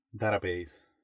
database